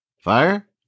Fire